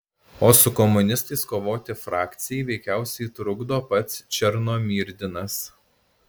o su komunistais kovoti frakcijai veikiausiai trukdo pats černomyrdinas